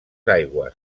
aigües